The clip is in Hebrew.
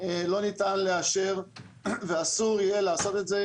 לא ניתן לאשר ואסור יהיה לעשות את זה,